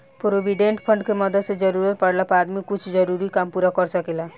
provident fund के मदद से जरूरत पाड़ला पर आदमी कुछ जरूरी काम पूरा कर सकेला